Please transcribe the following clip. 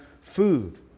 food